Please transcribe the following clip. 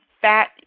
fat